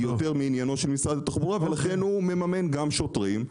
היא יותר מעניינו של משרד התחבורה ולכן הוא מממן גם שוטרים.